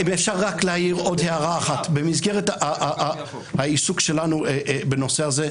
אם אפשר רק להעיר עוד הערה אחת: במסגרת העיסוק שלנו בנושא הזה,